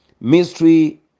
Mystery